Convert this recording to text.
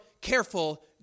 careful